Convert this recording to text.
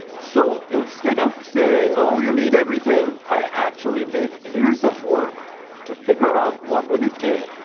so, instead of saying, oh, you need everything, i actually did years of work to figure out what would it take,